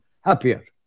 happier